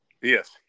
Yes